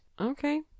Okay